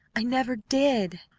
i never did!